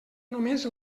només